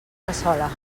cassola